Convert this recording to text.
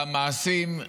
למעשים,